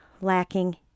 lacking